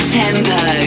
tempo